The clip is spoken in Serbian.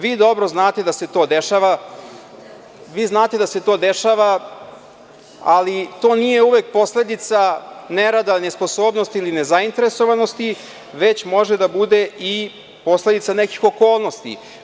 Vi dobroznate da se to dešava, ali to nije uvek posledica nerada, nesposobnosti ili nezainteresovanosti, već može da bude i posledica nekih okolnosti.